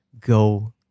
go